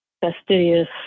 fastidious